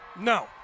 No